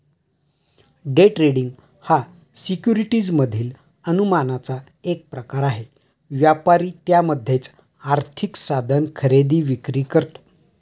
day trading हा securities मधील अनुमानाचा एक प्रकार आहे, व्यापारी त्यामध्येच आर्थिक साधन खरेदी विक्री करतो